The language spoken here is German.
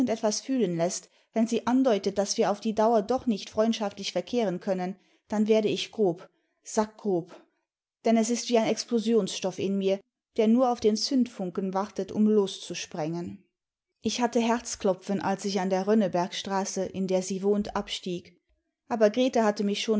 etwas fühlen läßt wenn sie andeutet daß wir auf die dauer doch nicht freimdschaftlich verkehren können dann werde ich grob sackgrob denn es ist wie ein explosionsstoff hi mir der nur auf den zündfunken wartet um loszusprengen ich hatte herzklopfen als ich an der rönnebergstraße in der sie wohnt abstieg aber grete hatte mich schon